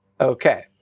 Okay